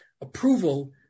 approval